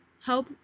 help